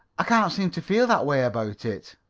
i can't seem to feel that way about it.